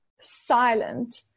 silent